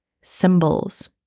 symbols